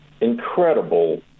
incredible